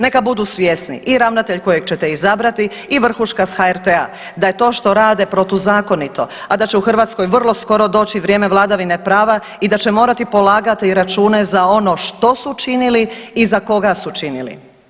Neka budu svjesni i ravnatelj kojeg ćete izabrati i vrhuška sa HRT-a da je to što rade protuzakonito, a da će u Hrvatskoj vrlo skoro doći vrijeme vladavine prava i da će morati polagati račune za ono što su činili i za koga su činili.